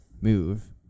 move